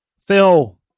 Phil